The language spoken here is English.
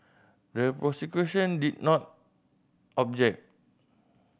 the prosecution did not object